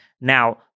now